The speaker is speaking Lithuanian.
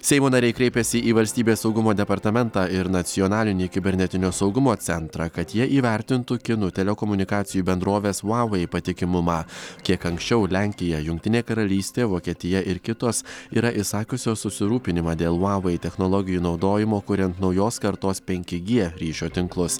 seimo nariai kreipėsi į valstybės saugumo departamentą ir nacionalinį kibernetinio saugumo centrą kad jie įvertintų kinų telekomunikacijų bendrovės vavai patikimumą kiek anksčiau lenkija jungtinė karalystė vokietija ir kitos yra išsakiusios susirūpinimą vavai technologijų naudojimo kuriant naujos kartos penki gie ryšio tinklus